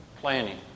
planning